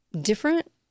different